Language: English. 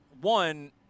one